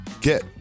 get